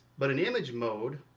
but in image mode